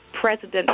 President